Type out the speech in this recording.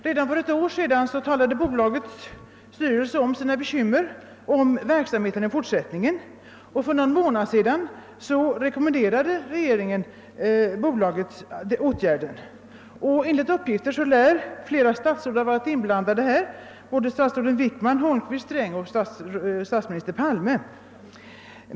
Redan för ett år sedan gav bolagets styrelse uttryck åt sina bekymmer för verksamheten i fortsättningen, och för någon månad sedan rekommenderade regeringen bolaget att vidtaga den åtgärd som nu genomförts. Enligt uppgift lär flera regeringsledamöter ha : varit inblandade — statsråden Wickman, Holmqvist och Sträng samt statsminister Palme.